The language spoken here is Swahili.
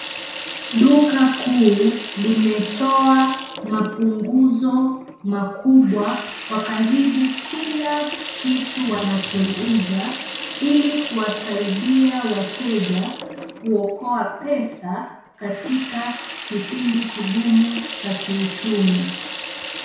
Duka kuu limetoa mapunguzo makubwa kwa karibu kila kitu wanachouza ili kuwasaidia wateja kuokoa pesa katika kipindi kigumu cha kiuchumi.